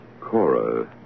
Cora